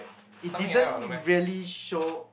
it didn't really show